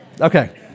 Okay